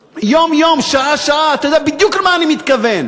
יום-יום, שעה-שעה, אתה יודע בדיוק למה אני מתכוון.